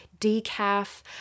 decaf